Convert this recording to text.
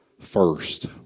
first